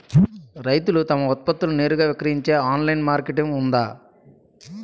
రైతులు తమ ఉత్పత్తులను నేరుగా విక్రయించే ఆన్లైన్ మార్కెట్ ఉందా?